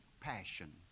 passion